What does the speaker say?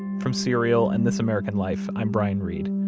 from serial and this american life, i'm brian reed.